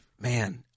Man